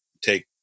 take